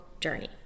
journey